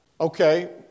Okay